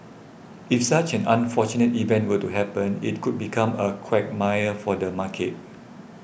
if such an unfortunate event were to happen it could become a quagmire for the market